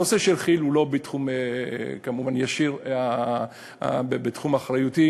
הנושא של כי"ל הוא כמובן לא ישירות בתחום אחריותי,